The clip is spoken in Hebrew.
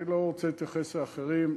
אני לא רוצה להתייחס לאחרים.